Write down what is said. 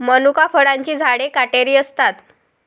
मनुका फळांची झाडे काटेरी असतात